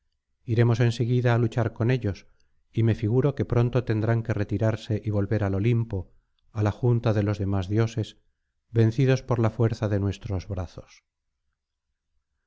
iremos en seguida á luchar con ellos y me figuro que pronto tendrán que retirarse y volver al olimpo á la junta de los demás dioses vencidos por la fuerza de nuestros brazos